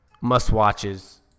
must-watches